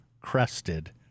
crested